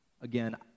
Again